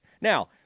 Now